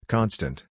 Constant